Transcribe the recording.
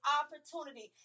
opportunity